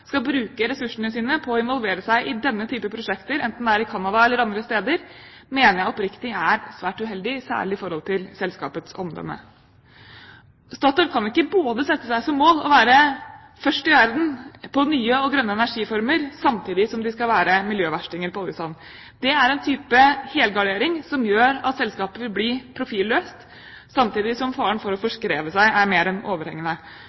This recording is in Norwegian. skal bruke ressursene sine på å involvere seg i denne type prosjekter, enten det er i Canada eller andre steder, mener jeg oppriktig er svært uheldig, særlig i forhold til selskapets omdømme. Statoil kan ikke både sette seg som mål å være først i verden når det gjelder nye og grønne energiformer, samtidig som de skal være miljøverstinger på oljesand. Det er en type helgardering som gjør at selskapet vil bli profilløst, samtidig som faren for å forskreve seg er mer enn overhengende.